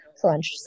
crunch